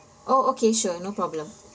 oh okay sure no problem